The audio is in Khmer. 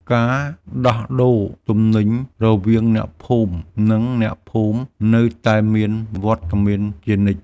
ការដោះដូរទំនិញរវាងអ្នកភូមិ និងអ្នកភូមិ នៅតែមានវត្តមានជានិច្ច។